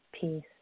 peace